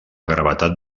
gravetat